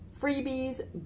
freebies